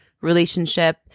relationship